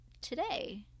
today